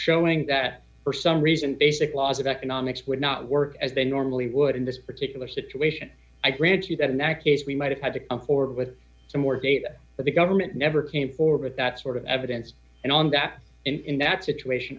showing that for some reason basic laws of economics would not work as they normally would in this particular situation i grant you that in that case we might have had to accord with some more gate but the government never came forward with that sort of evidence and on gap in nat situation